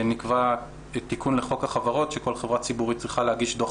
נקבע תיקון לחוק החברות שכל חברה ציבורית צריכה להגיש דוח